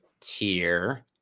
tier